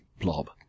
blob